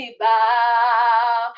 bow